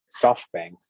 SoftBank